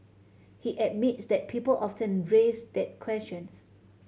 he admits that people often raise that questions